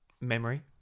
memory